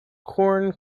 corn